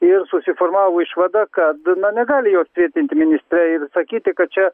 ir susiformavo išvadą kad na negali jos tvirtinti ministre ir sakyti kad čia